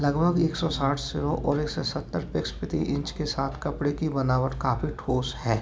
लगभग एक सौ साठ सिरों और एक सौ सत्तर पिक्स प्रति इंच के साथ कपड़े की बनावट काफ़ी ठोस है